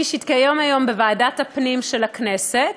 שהתקיים היום בוועדת הפנים של הכנסת.